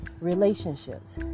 relationships